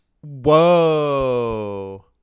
Whoa